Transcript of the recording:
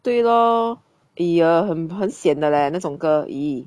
对 lor !eeyer! 很很 sian 的 leh 那种歌 !ee!